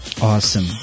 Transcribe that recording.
awesome